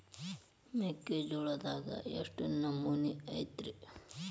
ಮೆಕ್ಕಿಜೋಳದಾಗ ಎಷ್ಟು ನಮೂನಿ ಐತ್ರೇ?